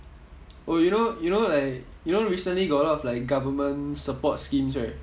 oh you know you know like you know recently got a lot of like government support schemes right